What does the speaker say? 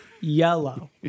Yellow